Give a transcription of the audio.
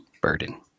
burden